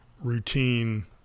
routine